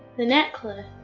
the necklace.